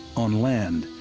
on land,